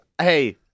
Hey